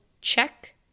check